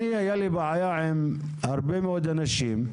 לי הייתה בעיה עם הרבה מאוד אנשים,